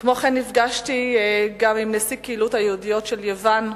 כמו כן, נפגשתי עם נשיא הקהילות היהודיות של יוון,